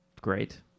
great